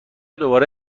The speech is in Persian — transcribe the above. دوباره